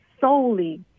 solely